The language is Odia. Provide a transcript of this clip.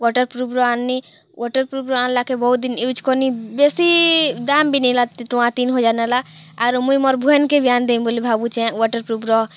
ୱାଟର୍ ପ୍ରୁଫ୍ର ଆଣ୍ନି ୱାଟର୍ ପ୍ରୁଫ୍ର ଆଣ୍ଲା କେ ବହୁତ୍ ଦିନ୍ ୟୁଜ୍ କର୍ଲି ବେଶୀ ଦାମ୍ ବି ନି ନେଲା ଟଙ୍କା ତିନ୍ ହଜାର୍ ନେଲା ଆରୁ ମୁଇଁ ମୋର୍ ବେହେନ୍ କେ ଆଣିଦେମି ବୋଲି ଭାବୁଛେଁ ୱାଟର୍ ପ୍ରୁଫ୍ର